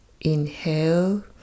Inhale